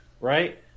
right